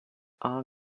are